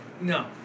No